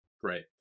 Great